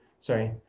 sorry